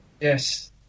Yes